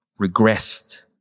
Regressed